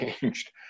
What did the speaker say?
changed